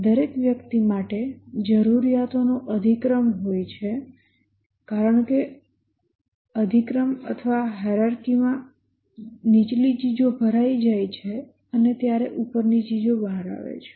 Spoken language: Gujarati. દરેક વ્યક્તિ માટે જરૂરીયાતો નો અધિક્રમ હોય છે કારણ કે અધિક્રમ માં નીચલી ચીજો ભરાઈ જાય છે અને ત્યારે ઉપરની ચીજો બહાર આવે છે